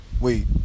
wait